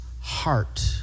heart